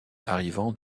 arrivant